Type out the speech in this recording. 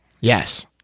Yes